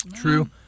True